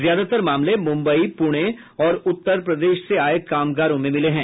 ज्यादातर मामले मुंबई पुणे और उत्तर प्रदेश से आये कामगारों में मिले हैं